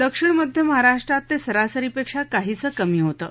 दक्षिण मध्य महाराष्ट्रात ते सरासरीपेक्षा काहीसं कमी होतं